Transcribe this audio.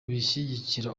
bishyigikira